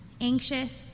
anxious